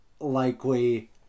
likely